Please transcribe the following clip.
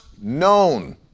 known